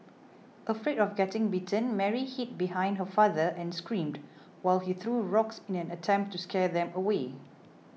afraid of getting bitten Mary hid behind her father and screamed while he threw rocks in an attempt to scare them away